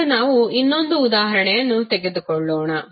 ಈಗ ನಾವು ಇನ್ನೊಂದು ಉದಾಹರಣೆಯನ್ನು ತೆಗೆದುಕೊಳ್ಳೋಣ